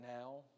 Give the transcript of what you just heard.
now